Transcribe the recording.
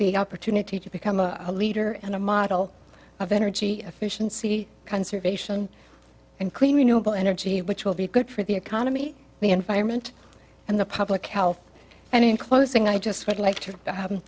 the opportunity to become a leader and a model of energy efficiency conservation and clean renewable energy which will be good for the economy the environment and the public health and in closing i just would like